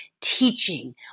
teaching